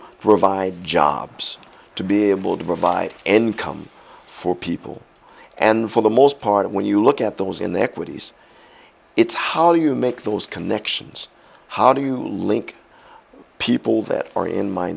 to provide jobs to be able to provide an income for people and for the most part when you look at those inequities it's how do you make those connections how do you link people that are in my